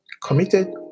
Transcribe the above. committed